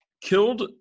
killed